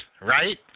right